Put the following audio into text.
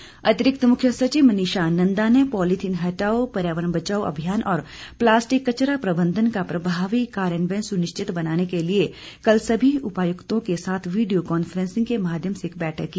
नंदा अतिरिक्त मुख्य सचिव मनीषा नंदा ने पॉलीथिन हटाओ पर्यावरण बचाओ अभियान और प्लास्टिक कचरा प्रबंधन का प्रभावी कार्यान्वयन सुनिश्चित बनाने के लिए कल सभी उपायुक्तों के साथ वीडियों कांफेंसिंग के माध्यम से एक बैठक की